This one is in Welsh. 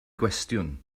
gwestiwn